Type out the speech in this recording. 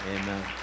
Amen